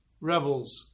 rebels